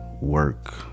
work